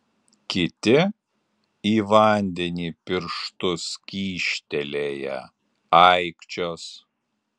kiti į vandenį pirštus kyštelėję aikčios